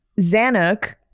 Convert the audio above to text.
Zanuck